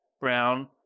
brown